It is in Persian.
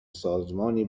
سازمانی